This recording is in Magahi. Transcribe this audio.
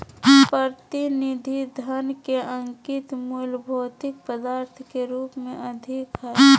प्रतिनिधि धन के अंकित मूल्य भौतिक पदार्थ के रूप में अधिक हइ